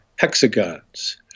hexagons